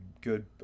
good